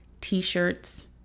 t-shirts